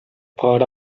part